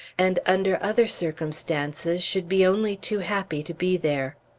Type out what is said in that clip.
and under other circumstances should be only too happy to be there.